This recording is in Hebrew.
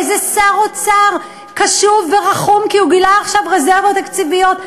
איזה שר אוצר קשוב ורחום כי הוא גילה עכשיו רזרבות תקציביות.